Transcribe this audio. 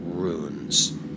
Runes